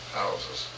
houses